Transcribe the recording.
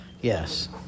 Yes